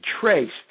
traced